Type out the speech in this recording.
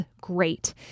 great